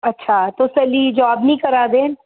अच्छा तुस अल्ली जाब नी करा दे